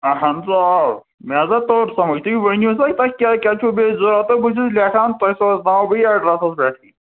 آن سا آ مےٚ ہسا توٚر سمٕجھ تُہۍ ؤنِو سا تۄہہِ کیاہ کیاہ چھُو بیٚیہِ ضرورت بہٕ چھُس لیٚکھان تۄہہِ سوز ناوہو بہٕ أتھۍ ایٚڈرَسس پٮ۪ٹھٕے